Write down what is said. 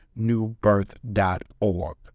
newbirth.org